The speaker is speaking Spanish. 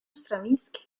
stravinsky